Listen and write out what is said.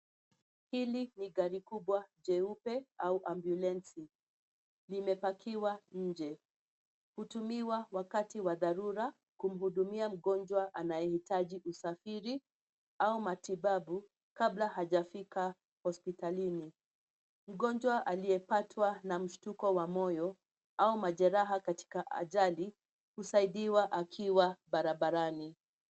Hili ni gari kubwa jeupe au ambulensi. Limepakiwa nje. Hutumiwa wakati wa dharura kumhudumia mgonjwa anayehiji usafiri au matibabu kabla hajafika hosipitalini. Mgonjwa aliyepatwa na mshtuko wa moyo au majeraha katika ajali husaidiwa akiwa barabarani.